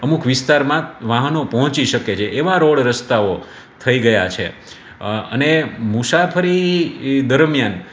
અમુક વિસ્તારમાં વાહનો પહોંચી શકે છે એવા રોડ રસ્તાઓ થઈ ગયા છે અને મુસાફરી દરમિયાન